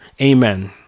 Amen